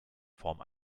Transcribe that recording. form